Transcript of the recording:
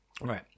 right